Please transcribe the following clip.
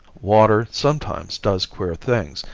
water sometimes does queer things,